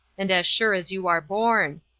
and as sure as you are born.